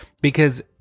because-